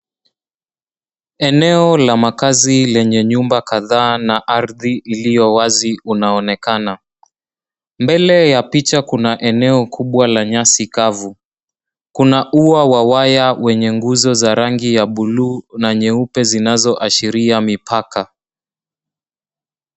Eneo la makazi lenye nyumba kadhaa na ardhi iliyo wazi unaonekana. Mbele ya picha kuna eneo kubwa la nyasi kavu. Kuna ua wa waya wenye nguzo za rangi ya bluu na nyeupe zinazoashiria mipaka.